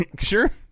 Sure